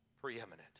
preeminent